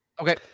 Okay